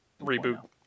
Reboot